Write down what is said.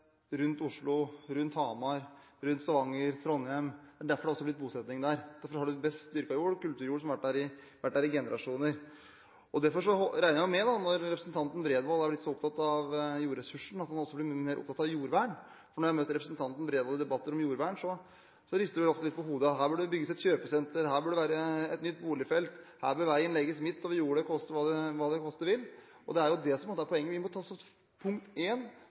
blitt bosetning der, derfor har du best dyrket jord – kulturjord – som har vært der i generasjoner. Og derfor regner jeg med at når representanten Bredvold har blitt så opptatt av jordressursen, blir han også mye mer opptatt av jordvern. Når jeg møter representanten Bredvold i debatter om jordvern, rister han ofte litt på hodet – her bør det bygges et kjøpesenter, her bør det være et nytt boligfelt, her bør veien legges midt over jordet, koste hva det koste vil. Og det er det som er poenget. Punkt 1: Vi må ta vare på det vi har av dyrket jord. Der har omdisponeringen nesten blitt halvert – i den regjeringsperioden som Senterpartiet har styrt Landbruksdepartementet, har det vært en